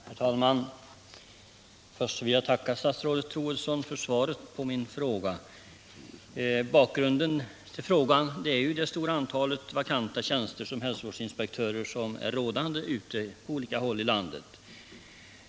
Herr talman! Först vill jag tacka statsrådet Troedsson för svaret på min fråga. Bakgrunden är ju det stora antalet vakanta tjänster som hälsovårdsinspektörer på olika håll i landet.